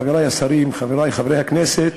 חברי השרים, חברי חברי הכנסת,